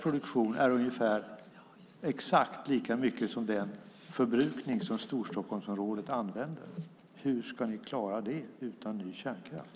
Produktionen där är exakt lika stor som Storstockholmsområdets förbrukning. Hur ska ni klara det utan ny kärnkraft?